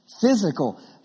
Physical